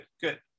good